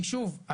כי שוב,